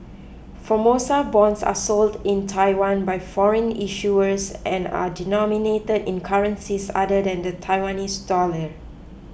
Formosa bonds are sold in Taiwan by foreign issuers and are denominated in currencies other than the Taiwanese dollar